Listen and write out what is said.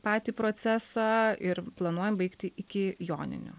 patį procesą ir planuojame baigt iki joninių